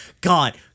God